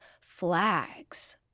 flags